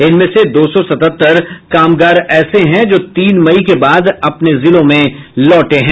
इनमें से दो सौ सतहत्तर कामगार ऐसे हैं जो तीन मई के बाद अपने जिलों में लौटे हैं